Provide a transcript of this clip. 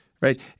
right